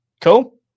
Cool